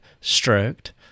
stroked